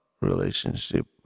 relationship